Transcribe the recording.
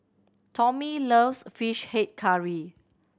Tommie loves Fish Head Curry